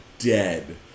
dead